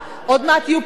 עוד מעט יהיו פחות.